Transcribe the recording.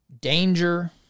danger